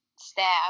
staff